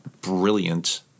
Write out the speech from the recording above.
brilliant